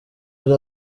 ari